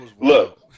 Look